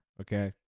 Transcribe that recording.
Okay